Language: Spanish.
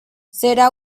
será